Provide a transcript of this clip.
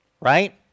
right